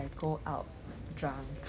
有给人家一个 book